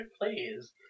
please